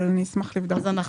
אבל אני אשמח לבדוק את זה.